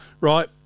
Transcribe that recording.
right